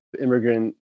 immigrant